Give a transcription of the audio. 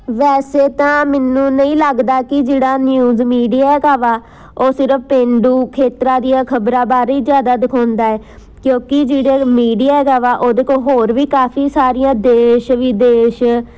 ਵੈਸੇ ਤਾਂ ਮੈਨੂੰ ਨਹੀਂ ਲੱਗਦਾ ਕਿ ਜਿਹੜਾ ਨਿਊਜ਼ ਮੀਡੀਆ ਹੈਗਾ ਵਾ ਉਹ ਸਿਰਫ ਪੇਂਡੂ ਖੇਤਰਾਂ ਦੀਆਂ ਖਬਰਾਂ ਬਾਰੇ ਜ਼ਿਆਦਾ ਦਿਖਾਉਂਦਾ ਹੈ ਕਿਉਂਕਿ ਜਿਹੜੇ ਮੀਡੀਆ ਹੈਗਾ ਵਾ ਉਹਦੇ ਕੋਲ ਹੋਰ ਵੀ ਕਾਫੀ ਸਾਰੀਆਂ ਦੇਸ਼ ਵਿਦੇਸ਼